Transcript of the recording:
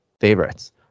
favorites